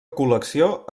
col·lecció